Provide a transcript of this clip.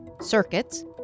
circuits